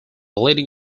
leading